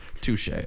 Touche